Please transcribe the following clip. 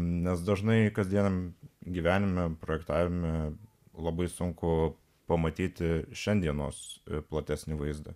nes dažnai kasdieniam gyvenime projektavime labai sunku pamatyti šiandienos platesnį vaizdą